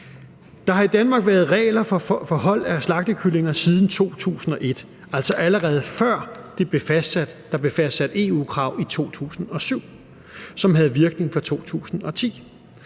Der har i Danmark været regler for hold af slagtekyllinger siden 2001, altså allerede før der blev fastsat EU-krav i 2007, som havde virkning fra 2010.